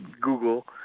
Google